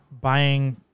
buying